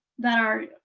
that are